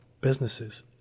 businesses